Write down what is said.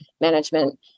management